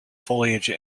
foliage